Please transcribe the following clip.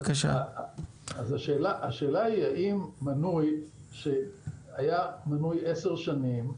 השאלה היא האם מנוי שהיה מנוי עשר שנים,